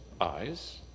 eyes